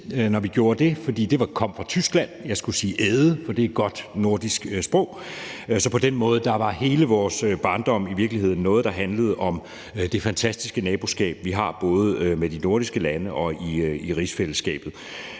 når vi gjorde det, for det kom fra Tyskland. Jeg skulle sige æde, for det er godt nordisk sprog. Så på den måde var hele vores barndom i virkeligheden noget, der handlede om det fantastiske naboskab, vi har med både de nordiske lande og i rigsfællesskabet.